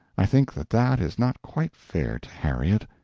i think that that is not quite fair to harriet.